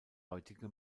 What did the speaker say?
heutige